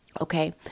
Okay